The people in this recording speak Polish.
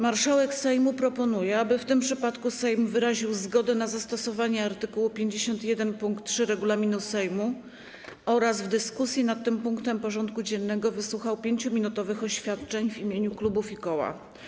Marszałek Sejmu proponuje, aby w tym przypadku Sejm wyraził zgodę na zastosowanie art. 51 pkt 3 regulaminu Sejmu oraz w dyskusji nad tym punktem porządku dziennego wysłuchał 5-minutowych oświadczeń w imieniu klubów i koła.